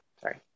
sorry